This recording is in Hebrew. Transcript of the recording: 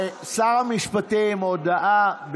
שר המשפטים, הודעה.